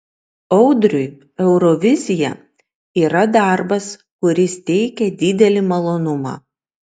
audriui eurovizija yra darbas kuris teikia didelį malonumą